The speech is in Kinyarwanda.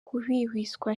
guhwihwiswa